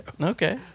Okay